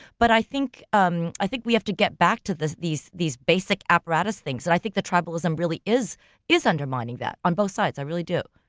but i think um i think we have to get back to this, these these basic apparatus things, and i think that tribalism really is is undermining that on both sides, i really do.